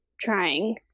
trying